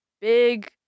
big